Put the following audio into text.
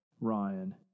Ryan